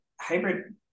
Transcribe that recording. hybrid